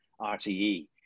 RTE